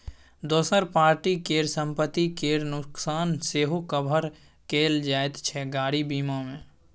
दोसर पार्टी केर संपत्ति केर नोकसान सेहो कभर कएल जाइत छै गाड़ी बीमा मे